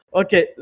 okay